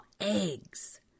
eggs